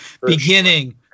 beginning